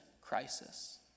crisis